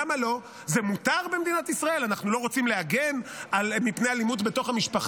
למה אתה לא עונה מה היה הבוקר?